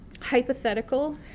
hypothetical